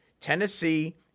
Tennessee